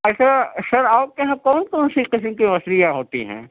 اچھا سر آپ کے یہاں کون کون سی قسم کی مچھلیاں ہوتی ہیں